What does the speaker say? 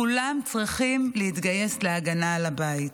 כולם צריכים להתגייס להגנה על הבית.